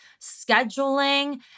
scheduling